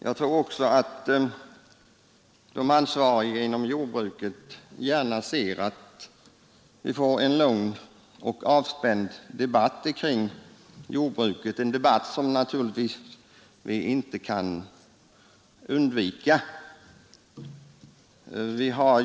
Jag tror också att de ansvariga inom jordbruket gärna ser att vi får en lugn och avspänd debatt om jordbruket, en debatt som vi naturligtvis inte kan undvika.